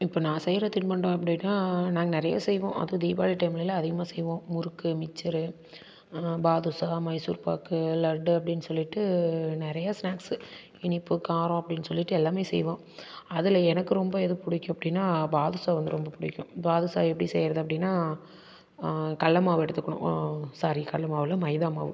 இப்போ நான் செய்யிற திண்பண்டம் எப்படின்னா நாங்கள் நிறையா செய்வோம் அதுவும் தீபாவளி டைம்லலாம் அதிகமாக செய்வோம் முறுக்கு மிச்சரு பாதுஷா மைசூர் பாக்கு லட்டு அப்படின்னு சொல்லிவிட்டு நிறையா ஸ்நேக்ஸு இனிப்பு காரம் அப்படின்னு சொல்லிவிட்டு எல்லாமே செய்வோம் அதில் எனக்கு ரொம்ப எது பிடிக்கும் அப்படின்னா பாதுஷா வந்து ரொம்ப பிடிக்கும் பாதுஷா எப்படி செய்யுறது அப்படின்னா கல்லை மாவு எடுத்துக்கணும் ஸாரி கல்லை மாவு இல்லை மைதா மாவு